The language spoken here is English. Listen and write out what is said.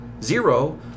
Zero